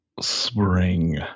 Spring